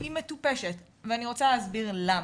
היא מטופשת ואני רוצה להסביר למה.